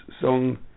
song